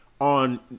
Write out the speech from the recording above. on